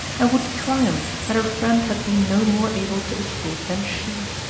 and would triumph that her friend had been no more able to escape than she.